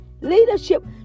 leadership